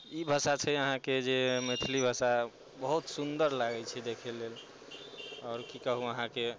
ई भाषा छै जे अहाँके जे मैथिली भाषा बहुत सुन्दर लागै छै देखै लेल आओर की कहु अहाँके